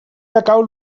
decau